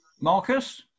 Marcus